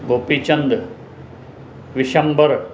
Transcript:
Gopichand Vishambar